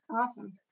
Awesome